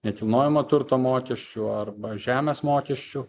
nekilnojamo turto mokesčių arba žemės mokesčių